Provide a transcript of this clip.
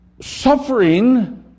suffering